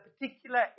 particular